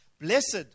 Blessed